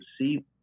see